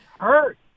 hurt